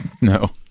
no